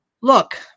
Look